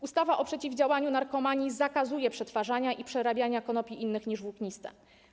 Ustawa o przeciwdziałaniu narkomanii zakazuje przetwarzania i przerabiania konopi innych niż włókniste.